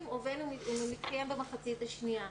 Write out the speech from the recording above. ובין אם הוא מתקיים במחצית השנייה.